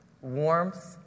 ...warmth